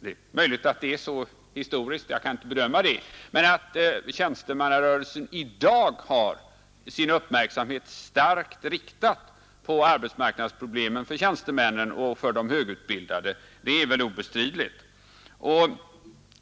Det är möjligt att det är så historiskt — jag kan inte bedöma det — men att tjänstemannarörelsen i dag har sin uppmärksamhet starkt riktad på arbetsmarknadsproblemen för tjänstemännen och för de högutbildade är väl obestridligt.